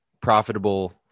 profitable